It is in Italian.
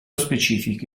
specifico